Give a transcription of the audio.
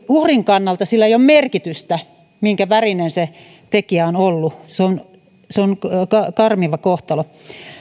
uhrin kannalta sillä ei ole merkitystä minkävärinen tekijä on ollut se on se on karmiva kohtalo